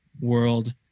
world